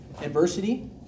adversity